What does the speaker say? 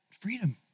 freedom